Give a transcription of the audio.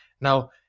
Now